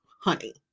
honey